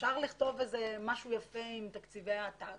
אפשר לכתוב משהו יפה עם תקציבי עתק